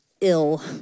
ill